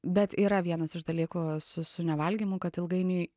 bet yra vienas iš dalykų su su nevalgymu kad ilgainiui